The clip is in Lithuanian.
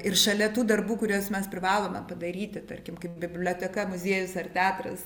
ir šalia tų darbų kuriuos mes privalome padaryti tarkim kaip biblioteka muziejus ar teatras